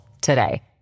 today